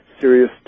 serious